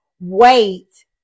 wait